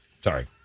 Sorry